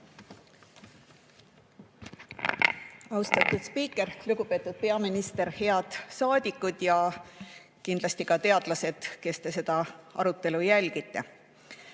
Austatud spiiker! Lugupeetud peaminister! Head saadikud ja kindlasti ka teadlased, kes te seda arutelu jälgite!